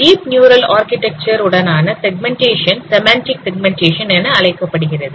deep neural architecture உடனான segmentation semantic segmentation என அழைக்கப்படுகிறது